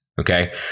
Okay